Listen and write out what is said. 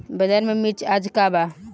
बाजार में मिर्च आज का बा?